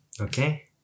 Okay